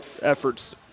efforts